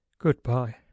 Goodbye